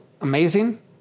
amazing